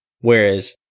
whereas